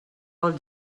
als